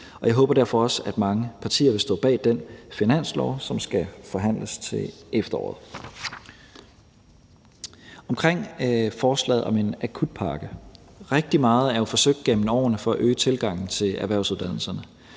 Jeg håber derfor også, at mange partier vil stå bag den finanslov, som skal forhandles til efteråret. Om forslaget om en akutpakke vil jeg sige, at rigtig meget jo er forsøgt gennem årene for at øge tilgangen til erhvervsuddannelserne.